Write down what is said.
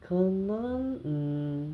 可能 mm